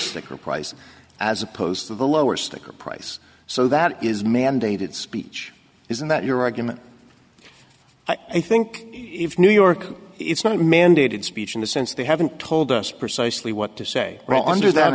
sticker price as opposed to the lower sticker price so that is mandated speech isn't that your argument i think if new york it's not mandated speech in the sense they haven't told us precisely what to say well under that